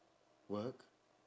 work